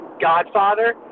godfather